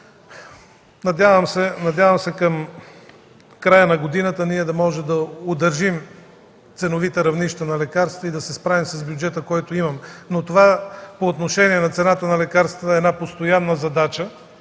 Надявам се към края на годината да можем да удържим ценовите равнища на лекарствата и да се справим с бюджета, който имаме. Но по отношение цената на лекарствата това е една постоянна задача.